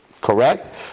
correct